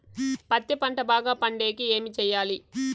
పత్తి పంట బాగా పండే కి ఏమి చెయ్యాలి?